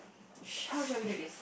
sh~ how shall we do this